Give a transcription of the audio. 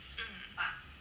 hmm